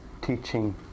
teaching